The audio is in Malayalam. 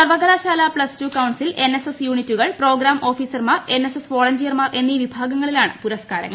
സർവകലാശാല പ്ലസ്ടു കൌൺസിൽ എൻഎസ്എസ് യൂണിറ്റുകൾ പ്രോഗ്രാം ഓഫീസർമാർ എൻഎസ്എസ് വോളന്റിയർമാർ എന്നീ വിഭാഗങ്ങളിലാണ് പുരസ്കാരങ്ങൾ